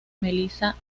melissa